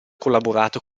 collaborato